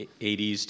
80s